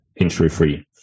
injury-free